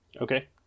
Okay